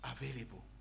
available